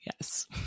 Yes